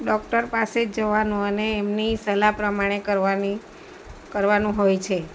doctor પાસે જ જવાનું અને એમની સલાહ પ્રમાણે કરવાની કરવાનું હોય છે